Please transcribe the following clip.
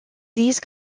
these